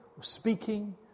speaking